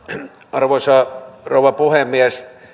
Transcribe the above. arvoisa rouva puhemies